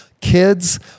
kids